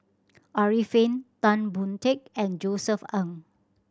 Arifin Tan Boon Teik and Josef Ng